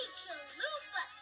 chalupa